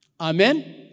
Amen